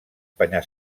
penya